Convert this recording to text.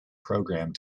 programme